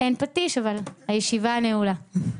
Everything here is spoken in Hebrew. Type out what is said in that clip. הישיבה נעולה.